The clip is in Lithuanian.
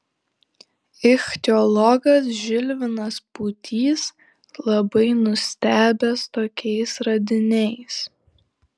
ichtiologas žilvinas pūtys labai nustebęs tokiais radiniais